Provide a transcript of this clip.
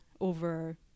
over